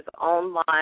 online